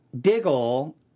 Diggle